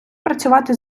працювати